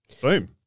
boom